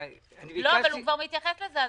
לא, הוא כבר מתייחס לזה.